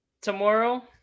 tomorrow